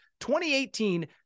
2018